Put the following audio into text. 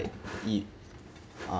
it uh